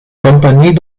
kompanie